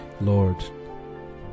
Lord